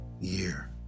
year